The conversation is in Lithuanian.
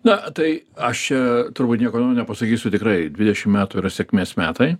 na tai aš čia turbūt nieko naujo nepasakysiu tikrai dvidešimt metų yra sėkmės metai